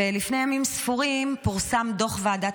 ולפני ימים ספורים פורסם דוח ועדת